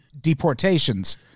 deportations